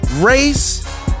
race